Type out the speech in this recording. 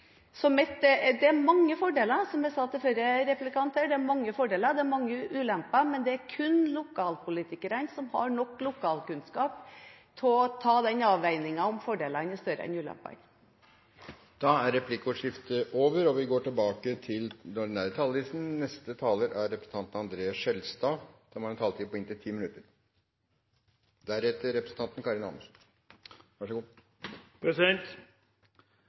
Så det er mange fordeler, som jeg sa til forrige replikant her, og det er mange ulemper, men det er kun lokalpolitikerne som har nok lokalkunnskap til å avveie om fordelene er større enn ulempene. Replikkordskiftet er over. Venstre er fornøyd med at det nå er et flertall i Stortinget for å gjennomføre en kommunereform i inneværende periode. Det lokale selvstyret er en